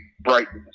brightness